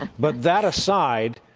but that aside,